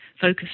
focus